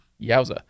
Yowza